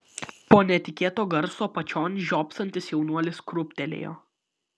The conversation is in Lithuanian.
po netikėto garso apačion žiopsantis jaunuolis krūptelėjo